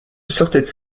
sortait